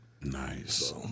Nice